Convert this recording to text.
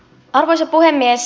arvoisa puhemies